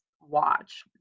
watch